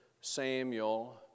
Samuel